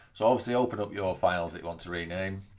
so obviously open up your files that want to rename